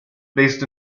based